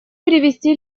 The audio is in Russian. привести